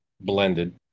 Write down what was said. blended